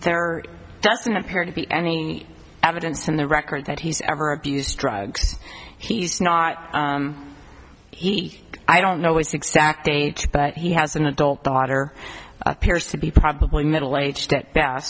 are doesn't appear to be any evidence from the record that he's ever abused drugs he's not he i don't know his exact age but he has an adult daughter appears to be probably middle aged